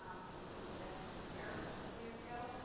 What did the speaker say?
um which was named invention of the year a couple years ago.